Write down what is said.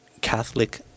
Catholic